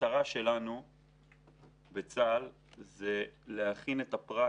המטרה של צה"ל היא להכין את הפרט